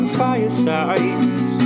firesides